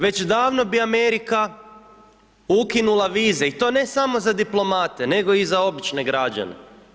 Već davno bi Amerika ukinula vize i to ne samo za diplomate, nego i za obične građane.